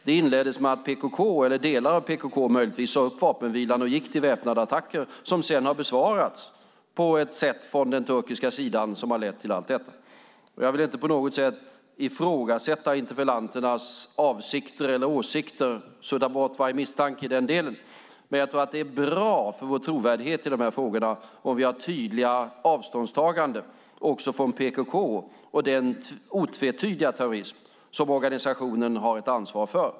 Det inleddes med att PKK eller möjligtvis delar av PKK sade upp vapenvilan och gick till väpnade attacker som sedan har besvarats på ett sätt från den turkiska sidan som har lett till allt detta. Jag vill inte på något sätt ifrågasätta interpellanternas avsikter eller åsikter - sudda bort varje misstanke i den delen! Men jag tror att det är bra för vår trovärdighet i dessa frågor om vi har tydliga avståndstaganden också från PKK och den otvetydiga terrorism som organisationen har ett ansvar för.